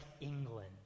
England